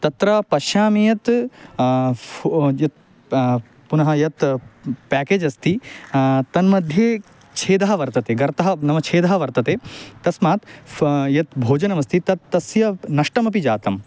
तत्र पश्यामि यत् फो यत् पुनः यत् प्याकेज् अस्ति तन्मध्ये छेदः वर्तते गर्तः नाम छेदः वर्तते तस्मात् फ यत् भोजनमस्ति तत् तस्य नष्टमपि जातम्